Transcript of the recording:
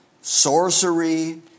sorcery